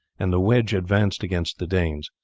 and the wedge advanced against the danes.